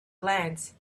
glance